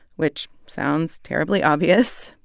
which sounds terribly obvious.